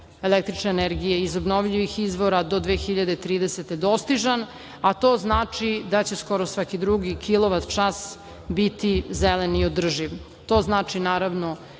električne energije iz obnovljivih izvora do 2030. godine dostižan, a to znači da će skoro svaki drugi kilovat-čas biti zeleni i održiv. To znači, naravno,